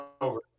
over